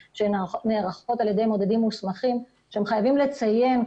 שנערכות על ידי מודדים מוסמכים והם חייבים לציין,